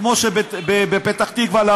כמו בפתח תקווה.